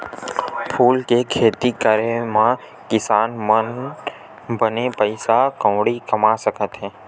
फूल के खेती करे मा किसान मन बने पइसा कउड़ी कमा सकत हे